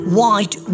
white